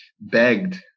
begged